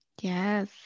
Yes